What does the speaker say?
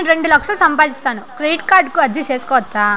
నేను రెండు లక్షలు సంపాదిస్తాను, క్రెడిట్ కార్డుకు అర్జీ సేసుకోవచ్చా?